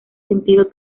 sentido